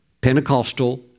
Pentecostal